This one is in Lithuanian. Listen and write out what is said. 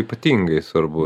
ypatingai svarbu